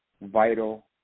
vital